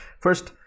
First